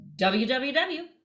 www